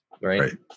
right